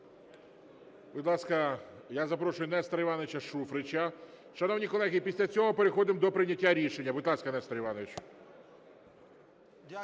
Будь ласка, я запрошую Нестора Івановича Шуфрича. Шановні колеги, і після цього переходимо до прийняття рішення. Будь ласка, Нестор Іванович.